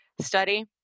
study